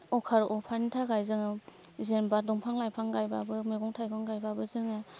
अभार अखानि थाखाय जोङो जेनोबा दंफां लाइफां गायबाबो मैगं थायगं गायबाबो जोङो